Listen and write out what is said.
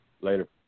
Later